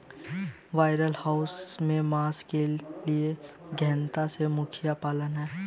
broiler house में मांस के लिए गहनता से मुर्गियां पालना है